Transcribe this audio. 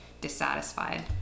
dissatisfied